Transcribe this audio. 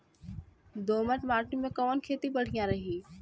दोमट माटी में कवन खेती बढ़िया रही?